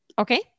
Okay